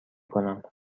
کنم